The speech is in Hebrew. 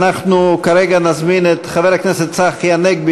אנחנו כרגע נזמין את חבר הכנסת צחי הנגבי,